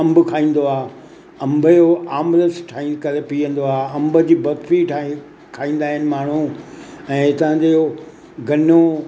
अंब खाईंदो आहे अंब जो आमरस ठाही करे पीअंदो आहे अंब जी बर्फी ठाहे खाईंदा आहिनि माण्हू ऐं हितां जो गन्नो